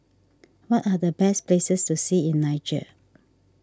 what are the best places to see in Niger